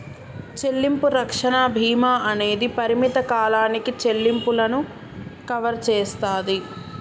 చెల్లింపు రక్షణ భీమా అనేది పరిమిత కాలానికి చెల్లింపులను కవర్ చేస్తాది